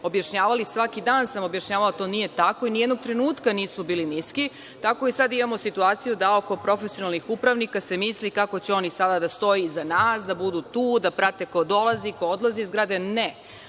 Svaki dan sam objašnjavala da nije tako i nijednog trenutka nisu bili niski. Tako i sad imamo situaciju da oko profesionalnih upravnika se misli kako će oni sada da stoje iza nas, da budu tu, da prate ko dolazi, ko odlazi iz zgrade. Ne.